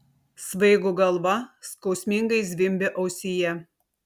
svaigo galva skausmingai zvimbė ausyje